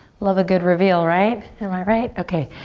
love a good reveal, right? am i right? okay.